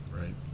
right